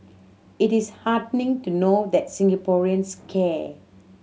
it is heartening to know that Singaporeans care